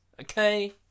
okay